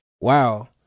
wow